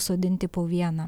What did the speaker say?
sodinti po vieną